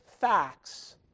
facts